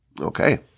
Okay